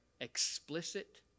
explicit